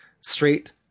straight